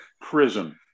Prison